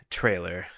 trailer